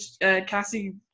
Cassie